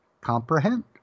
comprehend